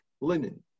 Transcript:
linen